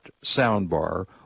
soundbar